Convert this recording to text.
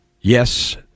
Yes